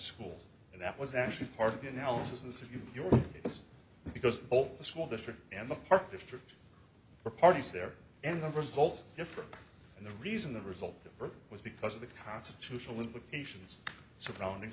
schools and that was actually part of the analysis of you your because both the school district and the park district were parties there and the results differ and the reason the result of birth was because of the constitutional implications surrounding